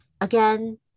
Again